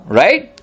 right